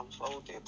unfolded